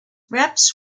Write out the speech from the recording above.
reps